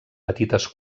petites